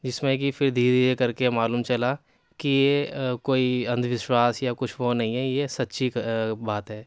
جس میں کی پھر دھیرے دھیرے کر کے معلوم چلا کہ کوئی اندھ وشواس یا کچھ وہ نہیں ہے یہ سچی بات ہے